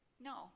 No